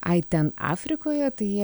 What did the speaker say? ai ten afrikoje tai jie